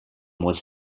was